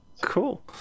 Cool